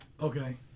Okay